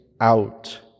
out